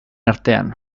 artean